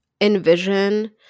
envision